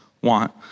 want